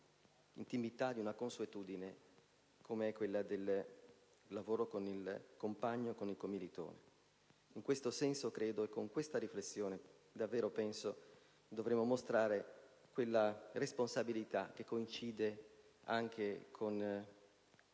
intimità e di una consuetudine come è quella del lavoro con il compagno e con i commilitoni. In questo senso e con questa riflessione davvero penso che dovremmo mostrare quella responsabilità che coincide anche con l'orgoglio